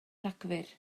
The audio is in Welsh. rhagfyr